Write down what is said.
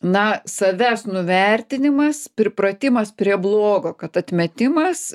na savęs nuvertinimas pripratimas prie blogo kad atmetimas